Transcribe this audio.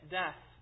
death